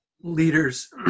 leaders